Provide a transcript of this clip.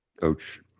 Coach